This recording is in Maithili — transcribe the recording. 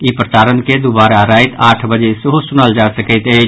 ई प्रसारण के दुबारा राति आठ बजे सेहो सुनल जा सकैत अछि